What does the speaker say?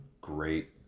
great